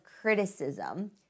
criticism